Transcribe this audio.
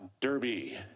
derby